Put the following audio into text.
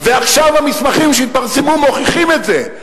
ועכשיו המסמכים שהתפרסמו מוכיחים את זה.